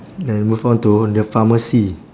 then move on to the pharmacy